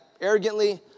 arrogantly